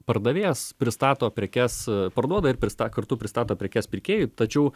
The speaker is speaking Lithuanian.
pardavėjas pristato prekes parduoda ir prista kartu pristato prekes pirkėjui tačiau